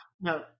no